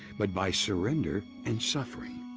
but by surrender and suffering,